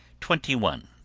twenty one.